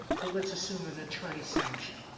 but let's assume an attorney sanction,